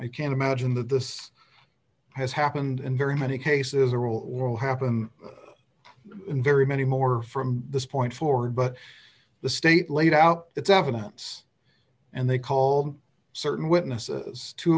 can't imagine that this has happened in very many cases or will or will happen in very many more from this point forward but the state laid out its evidence and they call certain witnesses t